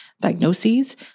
diagnoses